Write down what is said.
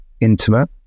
intimate